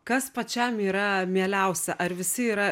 kas pačiam yra mieliausia ar visi yra